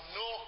no